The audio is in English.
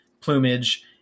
plumage